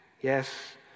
yes